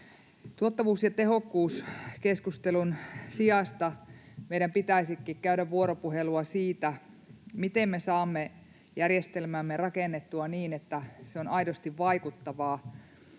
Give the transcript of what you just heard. Tuottavuus- ja tehokkuuskeskustelun sijasta meidän pitäisikin käydä vuoropuhelua siitä, miten me saamme järjestelmämme rakennettua niin, että se on aidosti vaikuttava